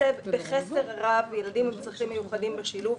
שתקצב בחסר רב ילדים עם צרכים מיוחדים בשילוב,